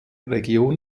region